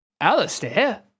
Alistair